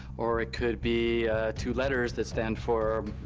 or it could be two letters that stand for,